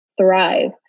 thrive